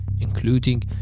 including